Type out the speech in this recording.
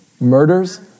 Murders